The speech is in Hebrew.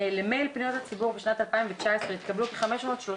למייל פניות הציבור בשנת 2019 התקבלו כ-530